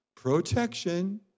protection